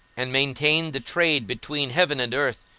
and maintained the trade between heaven and earth,